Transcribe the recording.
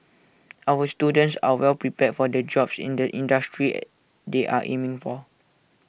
our students are well prepared for the jobs in the industries they are aiming for